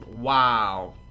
wow